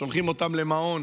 שולחים אותם למעון